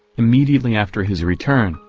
immediately after his return,